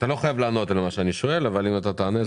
לא חייב לענות על מה שאני שואל אבל אם אתה תענה,